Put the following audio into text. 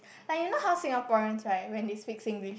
like you know how Singaporeans right when they speak Singlish